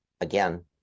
again